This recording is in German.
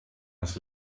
als